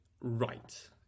right